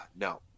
no